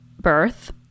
birth